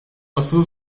asıl